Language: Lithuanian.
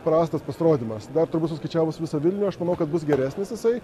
prastas pasirodymas dar turbūt suskaičiavus visą vilnių aš manau kad bus geresnis jisai